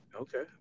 Okay